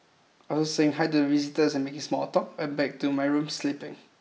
after saying hi to visitors and making small talk I'm back to my room sleeping